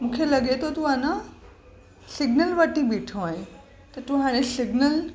मुखे लॻे थो तूं अञा सिग्नल वटि ई बीठो आईं त तूं हाणे सिग्नल